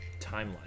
timeline